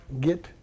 get